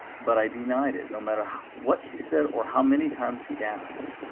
but i denied it no matter what she said or how many times she asked.